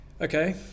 Okay